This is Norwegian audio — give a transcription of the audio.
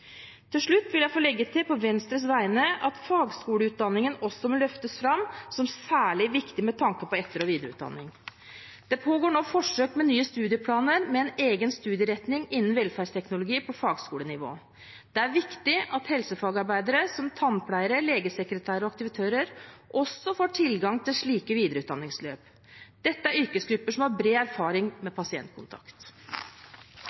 Til slutt vil jeg få legge til på Venstres vegne at fagskoleutdanningen også må løftes fram som særlig viktig med tanke på etter- og videreutdanning. Det pågår nå forsøk med nye studieplaner med en egen studieretning innen velferdsteknologi på fagskolenivå. Det er viktig at helsefagarbeidere, som tannpleiere, legesekretærer og aktivitører, også får tilgang til slike videreutdanningsløp. Dette er yrkesgrupper som har bred erfaring med